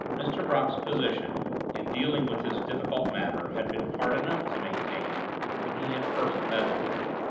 mr. brock's position in dealing with this difficult matter had been hard enough to maintain when he had first meddled with it.